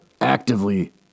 actively